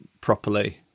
properly